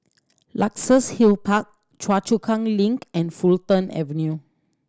Luxus Hill Park Choa Chu Kang Link and Fulton Avenue